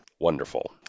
wonderful